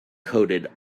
coated